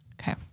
Okay